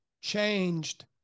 changed